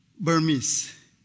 Burmese